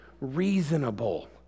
reasonable